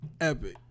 Epic